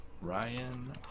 Ryan